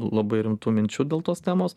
labai rimtų minčių dėl tos temos